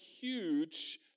huge